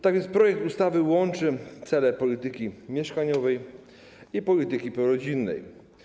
Tak więc projekt ustawy łączy cele polityki mieszkaniowej i polityki prorodzinnej.